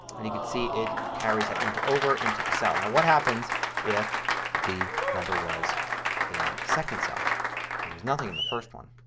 and you can see it carries that number over into the cell. now what what happens if the number was in the second cell and there's nothing in the first one.